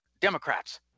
Democrats